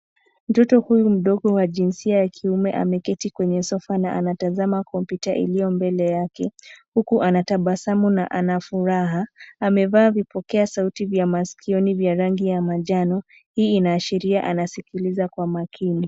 Mtoto huyu mdogo wa jinsia ya kiume ameketi kwenye sofa na anatazama kompyuta iliyo mbele yake huku anatabasamu na ana furaha. Amevaa vipokea sauti vya masikioni vya rangi ya manjano. Hii inaashiria anasikiliza kwa makini.